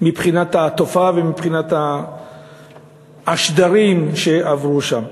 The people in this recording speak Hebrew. מבחינת התופעה ומבחינת השדרים שעברו שם.